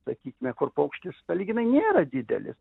sakykime kur paukštis sąlyginai nėra didelis